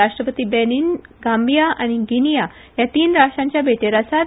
राष्ट्रपती Benin Gambia आनी Guinea ह्या तीन राष्ट्रांच्या भेटर आसात